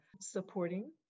supporting